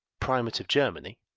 primate of germany,